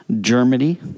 Germany